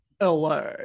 la